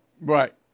Right